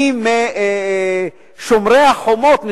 אני משומרי החומות,